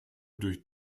durch